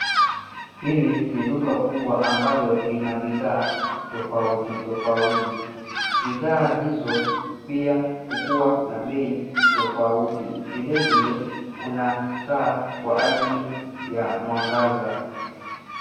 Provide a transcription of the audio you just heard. Hili ni duka kubwa ambalo lina bidhaa tofauti tofauti . Bidhaa hizo pia hukua na bei tofauti. Vile vile, kuna taa kwa ajili ya mwangaza.